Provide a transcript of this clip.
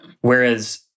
Whereas